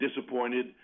disappointed